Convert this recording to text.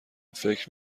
فکر